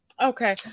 Okay